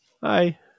Hi